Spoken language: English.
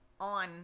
on